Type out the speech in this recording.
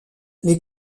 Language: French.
les